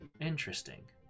Interesting